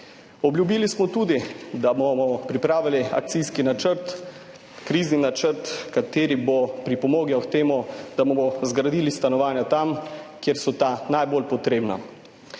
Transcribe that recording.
Obljubili smo tudi, da bomo pripravili akcijski načrt, krizni načrt, ki bo pripomogel k temu, da bomo zgradili stanovanja tam, kjer so ta najbolj potrebna.